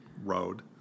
road